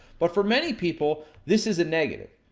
but for many people, this is a negative,